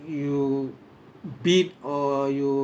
you beat or you